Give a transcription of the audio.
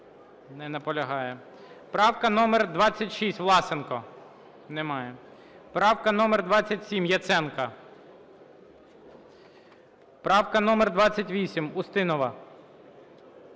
Правка номер 26, Власенко. Немає. Правка номер 27, Яценко. Правка номер 28, Устінова.